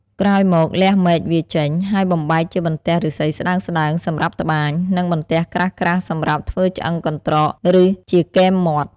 ក្រោយមក លះមែកវាចេញ ហើយបំបែកជាបន្ទះឫស្សីស្ដើងៗ សម្រាប់ត្បាញ និងបន្ទះក្រាស់ៗសម្រាប់ធ្វើឆ្អឹងកន្រ្តក ឬជាគែមមាត់។